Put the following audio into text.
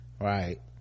right